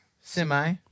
Semi